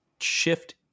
shift